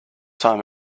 time